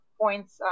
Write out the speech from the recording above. points